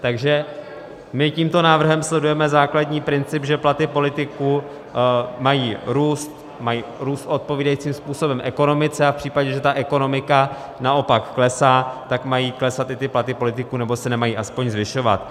Takže my tímto návrhem sledujeme základní princip, že platy politiků mají růst, mají růst způsobem odpovídajícím ekonomice a v případě, že ta ekonomika naopak klesá, tak mají klesat i ty platy politiků, nebo se nemají aspoň zvyšovat.